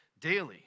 daily